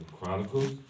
Chronicles